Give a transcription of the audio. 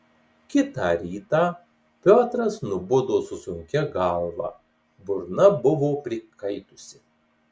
kitą rytą piotras nubudo su sunkia galva burna buvo prikaitusi